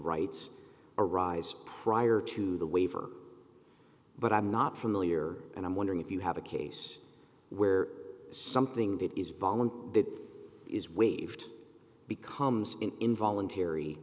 rights arise prior to the waiver but i'm not familiar and i'm wondering if you have a case where something that is voluntary is waived becomes involuntary